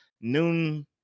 noon